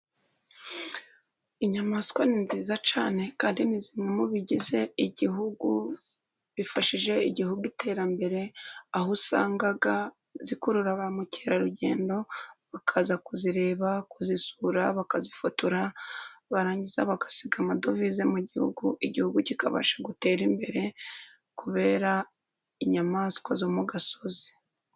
Inyamaswa ni nziza cyane kandi ni zimwe mu bigize igihugu, bifashije igihugu iterambere, aho usanga zikurura ba mukerarugendo bakaza kuzireba, kuzisura, bakazifotora, barangiza bagasiga amadovize mu gihugu, igihugu kikabasha gutera imbere, kubera inyamaswa zo mu gasozi.